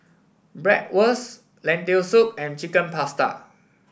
Bratwurst Lentil Soup and Chicken Pasta